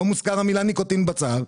לא מוזכרת המילה ניקוטין בצו,